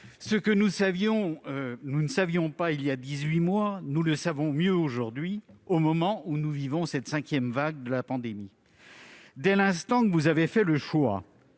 Ce que nous ne savions pas il y a dix-huit mois, nous le connaissons mieux aujourd'hui, au moment où nous vivons la cinquième vague de cette pandémie. Dès l'instant que vous avez fait le choix,